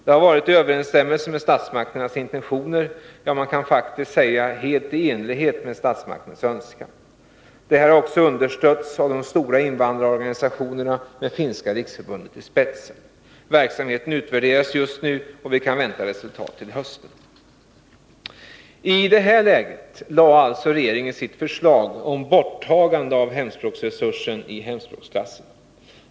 Det har varit i överensstämmelse med statsmakternas intentioner, ja, man kan faktiskt säga i enlighet med statsmaktens önskan. Det här har också understötts av de stora invandrarorganisationerna med Finska riksförbundet i spetsen. Verksamheten utvärderas just nu, och vi kan vänta resultat till hösten. I det här läget lade regeringen fram sitt förslag om borttagande av hemspråksresursen i hemspråksklasserna.